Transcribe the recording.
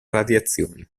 radiazioni